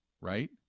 right